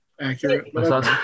accurate